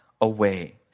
away